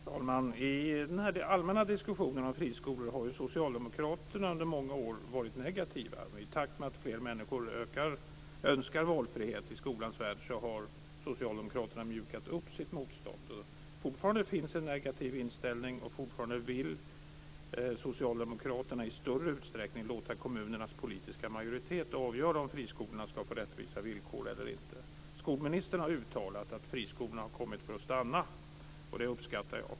Fru talman! I den allmänna diskussionen om friskolor har socialdemokraterna under många år varit negativa. I takt med att fler människor önskar valfrihet i skolans värld har socialdemokraterna mjukat upp sitt motstånd. Fortfarande finns det en negativ inställning, och fortfarande vill socialdemokraterna i större utsträckning låta kommunernas politiska majoritet avgöra om friskolorna ska få rättvisa villkor eller inte. Skolministern har uttalat att friskolorna har kommit för att stanna, och det uppskattar jag.